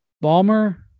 Balmer